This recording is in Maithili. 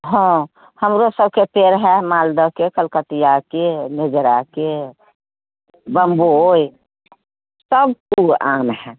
हँ हमरो सभकेँ पेड़ हय मालदहके कलकतिआके नेजराके बम्बइ सभ कोइ आम हय